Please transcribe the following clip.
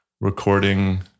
recording